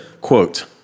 quote